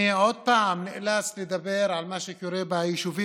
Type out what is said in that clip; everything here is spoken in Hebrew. אני עוד פעם נאלץ לדבר על מה שקורה ביישובים